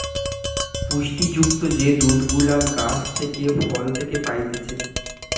পুষ্টি যুক্ত যে দুধ গুলা গাছ থেকে, ফল থেকে পাইতেছে